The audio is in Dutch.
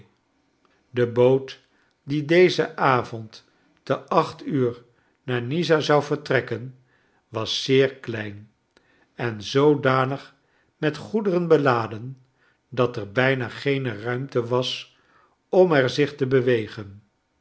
de boot die dezen avond ten acht uur naar nizza zou vertrekken was zeer klein en zoodanig met goederen beladen dat er byna geene ruimte was om er zich te bewegen